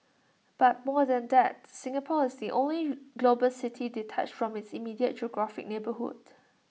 but more than that Singapore is the only global city detached from its immediate geographic neighbourhood